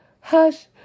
hush